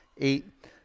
eight